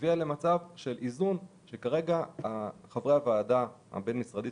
הגיע מצב שכרגע חברי הוועדה הבין-משרדית